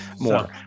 More